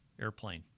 airplane